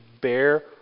bear